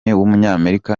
w’umunyamerika